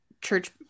church